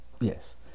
Yes